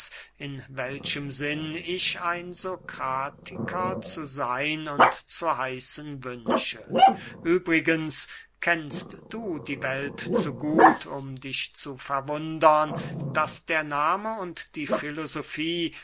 in welchem sinn ich ein sokratiker zu seyn und zu heißen wünsche übrigens kennst du die welt zu gut um dich zu verwundern daß der nahme und die